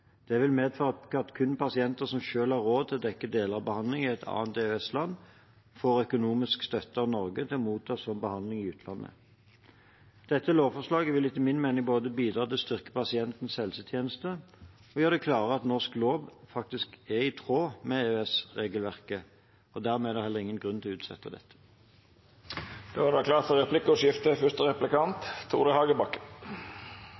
Det vil medføre at kun pasienter som selv har råd til å dekke deler av behandlingen i et annet EØS-land, får økonomisk støtte av Norge til å motta slik behandling i utlandet. Dette lovforslaget vil etter min mening både bidra til å styrke pasientens helsetjeneste og gjøre det klarere at norsk lov faktisk er i tråd med EØS-regelverket. Dermed er det heller ingen grunn til å utsette